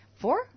four